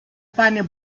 funny